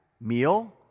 meal